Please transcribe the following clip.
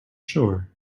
sure